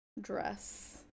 dress